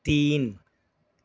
تین